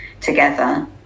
together